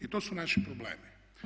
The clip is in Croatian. I to su naši problemi.